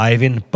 Ivan